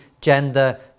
gender